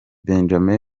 benjame